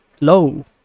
low